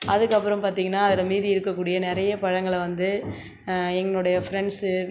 அதுக்கப்பறம் பார்த்திங்கனா அதில் மீதி இருக்கக்கூடிய நிறைய பழங்களை வந்து என்னுடைய ஃப்ரெண்ட்ஸு